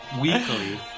weekly